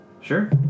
Sure